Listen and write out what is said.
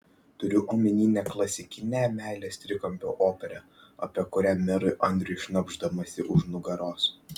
turiu omenyje ne klasikinę meilės trikampio operą apie kurią merui andriui šnabždamasi už nugaros